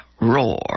roar